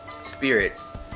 spirits